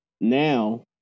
now